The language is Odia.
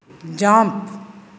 ଜମ୍ପ୍